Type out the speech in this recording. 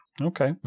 Okay